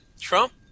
Trump